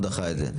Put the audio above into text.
הוא דחה את זה.